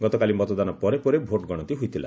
ଗତକାଲି ମତଦାନ ପରେ ପରେ ଭୋଟ୍ ଗଣତି ହୋଇଥିଲା